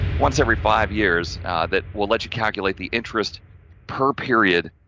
once every five years that will let you calculate the interest per period,